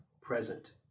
present